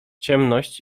ciemność